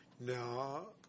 No